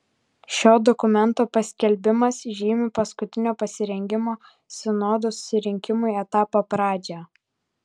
šio dokumento paskelbimas žymi paskutinio pasirengimo sinodo susirinkimui etapo pradžią